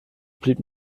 blieb